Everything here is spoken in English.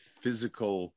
physical